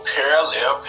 Parallel